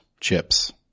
chips